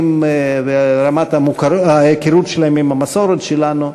על רמת ההיכרות שלהם עם המסורת שלנו,